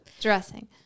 Dressing